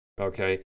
okay